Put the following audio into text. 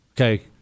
okay